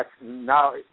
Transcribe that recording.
now